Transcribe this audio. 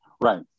Right